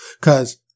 Cause